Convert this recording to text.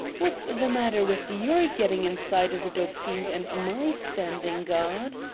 what's the matter with your getting inside as a dope fiend and my standing guard?